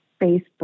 Facebook